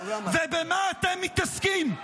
ובמה אתם מתעסקים?